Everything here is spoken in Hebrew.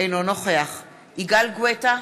אינו נוכח יגאל גואטה,